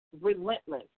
Relentless